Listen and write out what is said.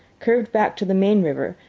curved back to the main river,